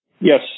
Yes